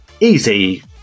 easy